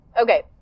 Okay